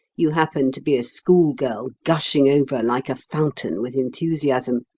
you happen to be a schoolgirl gushing over like a fountain with enthusiasm.